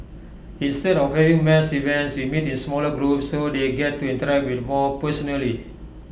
instead of having mass events we meet in smaller groups so they get to interact with more personally